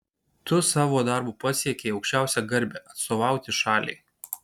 tu savo darbu pasiekei aukščiausią garbę atstovauti šaliai